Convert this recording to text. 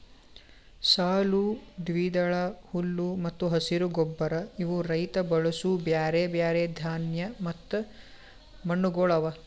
ಸಾಲು, ದ್ವಿದಳ, ಹುಲ್ಲು ಮತ್ತ ಹಸಿರು ಗೊಬ್ಬರ ಇವು ರೈತ ಬಳಸೂ ಬ್ಯಾರೆ ಬ್ಯಾರೆ ಧಾನ್ಯ ಮತ್ತ ಮಣ್ಣಗೊಳ್ ಅವಾ